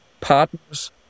partners